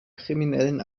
kriminellen